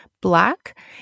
black